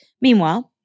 Meanwhile